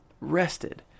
rested